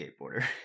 skateboarder